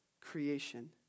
creation